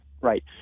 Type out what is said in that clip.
Right